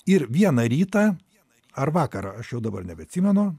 ir vieną rytą ar vakarą aš jau dabar nebeatsimenu